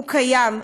הוא קיים.